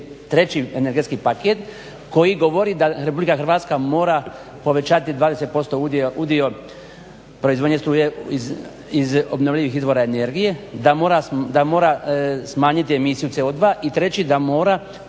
treći energetski paket koji govori da RH mora povećati 20% udio proizvodnje struje iz obnovljivih izvora energije, da mora smanjiti emisiju CO2 i treći da mora